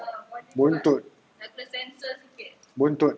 buntut buntut